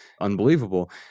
unbelievable